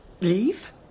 Leave